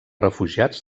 refugiats